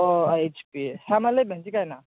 ᱚᱸᱻ H P ᱦᱮᱸ ᱢᱟ ᱞᱟᱹᱭᱢᱮ ᱪᱮᱠᱟᱭᱮᱱᱟ